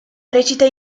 recita